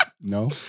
No